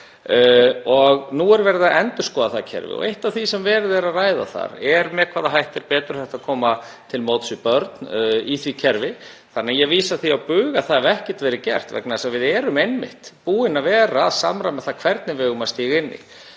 er. Nú er verið að endurskoða það kerfi og eitt af því sem verið er að ræða þar er með hvaða hætti sé betur hægt að koma til móts við börn í því kerfi. Þannig að ég vísa því á bug að það hafi ekkert verið gert. Við erum einmitt búin að vera að samræma það hvernig við eigum að stíga inn.